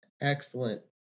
Excellent